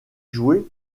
joué